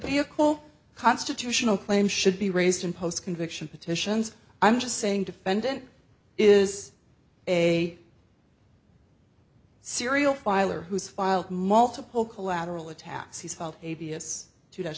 vehicle constitutional claim should be raised in post conviction petitions i'm just saying defendant is a serial filer who's filed multiple collateral attacks he's filed abs to t